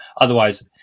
otherwise